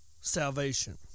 salvation